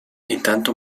intanto